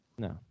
No